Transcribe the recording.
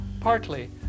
Partly